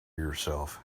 yourself